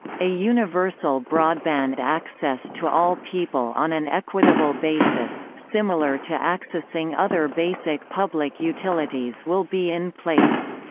a universal broadband access to all people on an equitable basis, similar to accessing other basic public utilities will be in place.